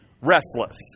restless